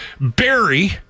Barry